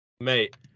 Mate